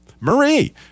Marie